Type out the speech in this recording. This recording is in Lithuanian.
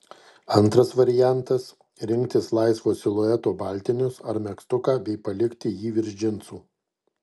antras variantas rinktis laisvo silueto baltinius ar megztuką bei palikti jį virš džinsų